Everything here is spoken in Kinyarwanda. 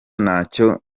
nacyo